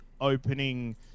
opening